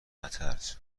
نترس